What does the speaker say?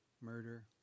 murder